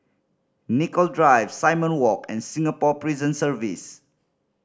Nicoll Drive Simon Walk and Singapore Prison Service